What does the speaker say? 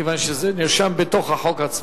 מכיוון שזה נרשם בתוך החוק עצמו,